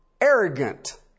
arrogant